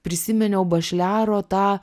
prisiminiau bašliaro tą